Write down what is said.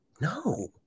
No